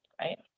right